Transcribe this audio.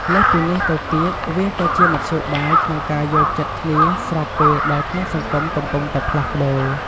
លើសពីនេះទៅទៀត វាក៏ជាមធ្យោបាយក្នុងការយល់ចិត្តគ្នាស្របពេលដែលក្នុងសង្គមកំពុងតែផ្លាស់ប្តូរ។